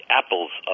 apples